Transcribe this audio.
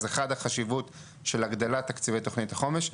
אז אחד החשיבות של הגדלת תקציבי תכנית החומש,